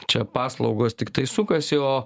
čia paslaugos tiktai sukasi o